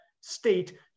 state